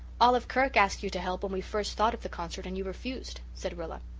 olive kirk asked you to help when we first thought of the concert and you refused, said rilla.